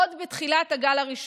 עוד בתחילת הגל הראשון.